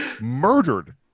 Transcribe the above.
Murdered